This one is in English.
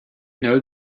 know